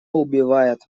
убивает